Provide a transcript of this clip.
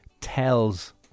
tells